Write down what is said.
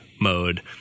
mode